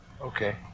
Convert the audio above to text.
Okay